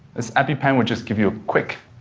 this epipen would just give you a quick